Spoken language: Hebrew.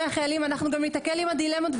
החיילים אנחנו גם ניתקל עם הדילמות.